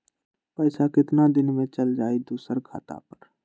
पैसा कितना दिन में चल जाई दुसर खाता पर?